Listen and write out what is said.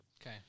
Okay